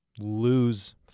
lose